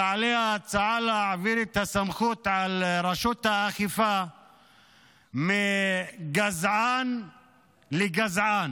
תעלה ההצעה להעביר את הסמכות על רשות האכיפה מגזען לגזען,